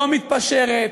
לא מתפשרת,